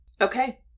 Okay